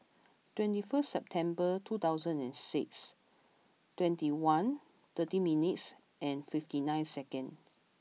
twenty first September two thousand and six twenty one thirty minutes and fifty nine seconds